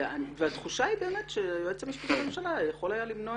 והתחושה היא באמת שהיועץ המשפטי לממשלה יכול היה למנוע